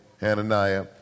Hananiah